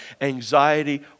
Anxiety